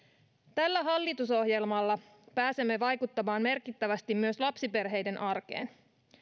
tällä hallitusohjelmalla pääsemme vaikuttamaan merkittävästi myös lapsiperheiden arkeen